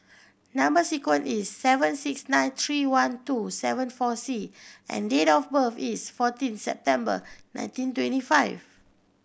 number sequence is seven six nine three one two seven four C and date of birth is fourteen September nineteen twenty five